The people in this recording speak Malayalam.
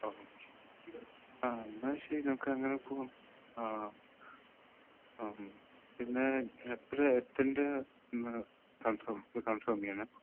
ഓക്കെ ആ എന്നാൽ ശരി നമുക്കങ്ങനെ പോവാം ആ പിന്നെ എപ്പോഴാ എത്തേണ്ടത് ഒന്ന് കൺഫോം കൺഫോമ് ചെയ്യണെ